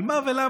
על מה ולמה